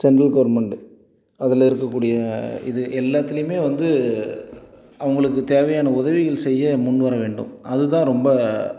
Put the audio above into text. central government அதில் இருக்கக்கூடிய இது எல்லாத்துலையுமே வந்து அவங்களுக்கு தேவையான உதவிகள் செய்ய முன்வர வேண்டும் அது தான் ரொம்ப